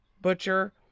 butcher